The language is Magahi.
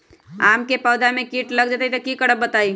आम क पौधा म कीट लग जई त की करब बताई?